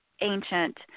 ancient